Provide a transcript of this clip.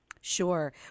Sure